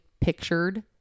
pictured